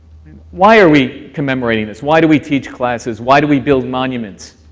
why are we commemorating this, why do we teach classes, why do we build monuments?